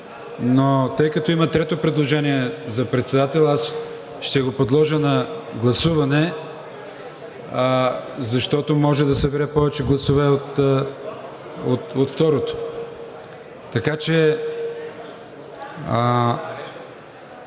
тъй като има трето предложение за председател, аз ще го подложа на гласуване, защото може да събере повече гласове от второто. Така че,